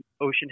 ocean